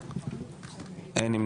אין.